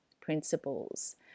principles